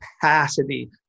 capacity